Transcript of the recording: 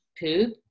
poop